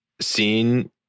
seen